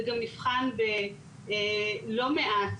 זה גם נבחן בלא מעט,